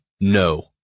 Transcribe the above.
no